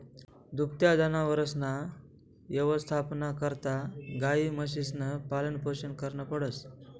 दुभत्या जनावरसना यवस्थापना करता गायी, म्हशीसनं पालनपोषण करनं पडस